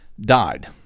died